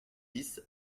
six